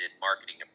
marketing